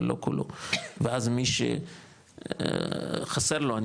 אבל לא כולו ואז מי שחסר לו,